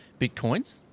Bitcoins